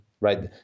Right